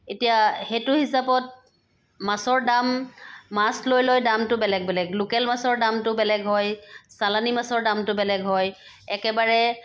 এতিয়া সেইটো হিচাপত মাছৰ দাম মাছ লৈ লৈ দামটো বেলেগ বেলেগ লোকেল মাছৰ দামটো বেলেগ হয় চালানি মাছৰ দামটো বেলেগ হয় একেবাৰে